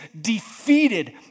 defeated